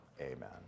amen